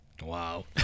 Wow